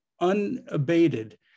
unabated